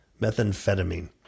Methamphetamine